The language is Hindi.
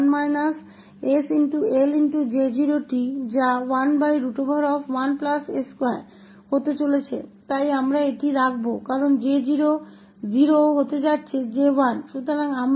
और फिर इसलिए इसJ1 का लैपलेस 1 − 𝑠𝐿J0𝑡 होगा जो कि 11s2 होने वाला है इसलिए हम इसे रखेंगे क्योंकि J0 होने वाला है11s2